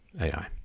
AI